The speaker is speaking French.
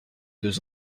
deux